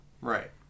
Right